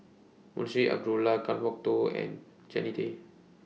Munshi Abdullah Kan Kwok Toh and Jannie Tay